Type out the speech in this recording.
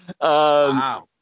Wow